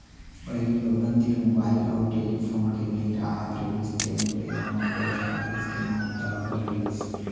पहिली लोगन तीर मुबाइल अउ टेलीफोन के नइ राहत रिहिस तेन बेरा म पोस्ट ऑफिस के महत्ता अब्बड़ रिहिस